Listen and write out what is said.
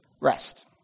rest